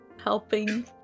helping